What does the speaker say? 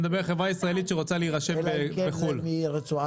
אני מדבר על חברה ישראלית שרוצה להירשם בחוץ לארץ.